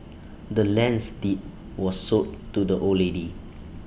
the land's deed was sold to the old lady